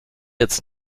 jetzt